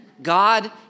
God